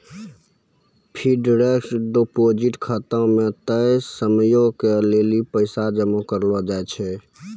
fixed deposit खाता मे तय समयो के लेली पैसा जमा करलो जाय छै